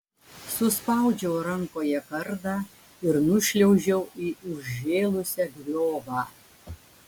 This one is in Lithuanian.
suspaudžiau rankoje kardą ir nušliaužiau į užžėlusią griovą